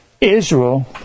Israel